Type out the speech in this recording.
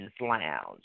lounge